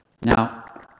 Now